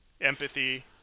empathy